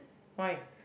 why